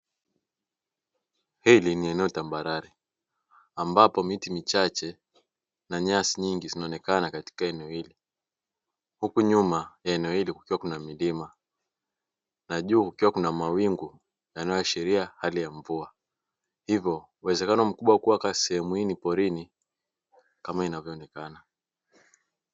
Hili ni eneo tambarare ambapo miti michache na nyasi nyingi zinaonekana katika eneo hili. Huku nyuma ya eneo hili kukiwa kuna milima na juu kukiwa na mawingu yanayoashiria hali ya mvua, hivyo uwezekano mkubwa wa kuwa sehemu hii ni porini kama inavyoonekana.